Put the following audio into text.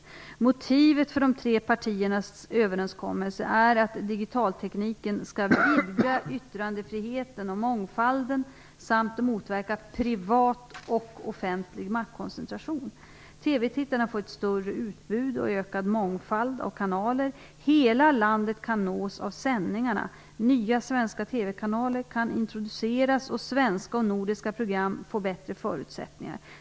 Motivet för de tre partiernas överenskommelse är att digitaltekniken skall vidga yttrandefriheten och mångfalden samt motverka privat och offentlig maktkoncentration. TV-tittarna får ett större utbud och ökad mångfald av kanaler. Hela landet kan nås av sändningarna. Nya svenska TV-kanaler kan introduceras och svenska och nordiska program få bättre förutsättningar.